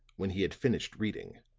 when he had finished reading,